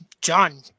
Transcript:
John